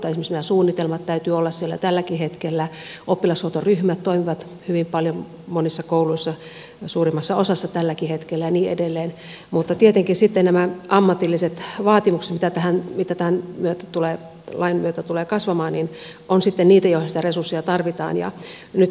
esimerkiksi nämä suunnitelmat täytyy olla siellä jo tälläkin hetkellä oppilashuoltoryhmät toimivat hyvin paljon monissa kouluissa suurimmassa osassa tälläkin hetkellä ja niin edelleen mutta tietenkin nämä ammatilliset vaatimukset jotka tämän lain myötä tulevat kasvamaan ovat sitten niitä joihin niitä resursseja tarvitaan